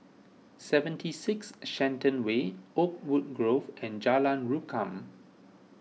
seventy six Shenton Way Oakwood Grove and Jalan Rukam